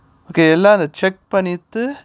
okay எல்லா அத:ellaa atha check பண்ணிட்டு:pannittu